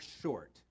short